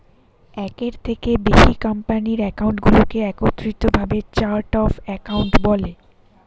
একের থেকে বেশি কোম্পানির অ্যাকাউন্টগুলোকে একত্রিত ভাবে চার্ট অফ অ্যাকাউন্ট বলে